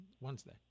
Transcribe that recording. Wednesday